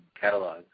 catalog